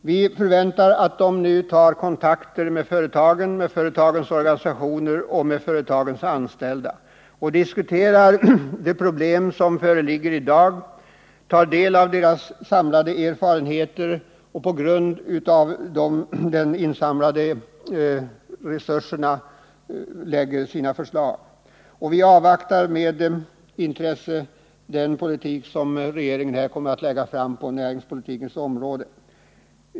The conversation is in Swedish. Vi förväntar att regeringen nu tar kontakt med företagen, deras organisationer och deras anställda och diskuterar de problem som föreligger i dag, tar del av deras samlade erfarenheter och lägger fram sina förslag på grundval av det insamlade materialet. Vi avvaktar med intresse den politik som regeringen kommer att föra på näringspolitikens område.